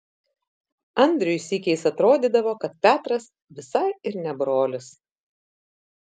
andriui sykiais atrodydavo kad petras visai ir ne brolis